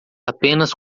apenas